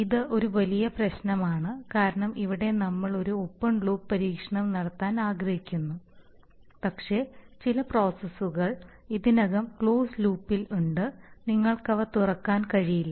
ഇത് ഒരു വലിയ പ്രശ്നമാണ് കാരണം ഇവിടെ നമ്മൾ ഒരു ഓപ്പൺ ലൂപ്പ് പരീക്ഷണം നടത്താൻ ആഗ്രഹിക്കുന്നു പക്ഷേ ചില പ്രോസസ്സുകൾ ഇതിനകം ക്ലോസ്ഡ് ലൂപ്പിൽ ഉണ്ട് നിങ്ങൾക്ക് അവ തുറക്കാൻ കഴിയില്ല